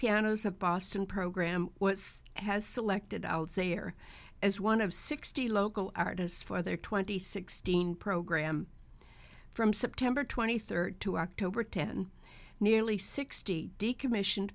pianos of boston program what has selected out there as one of sixty local artists for their twenty sixteen program from september twenty third to october ten nearly sixty decommission